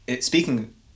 speaking